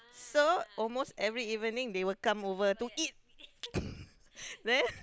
so almost every evening they will come over to eat then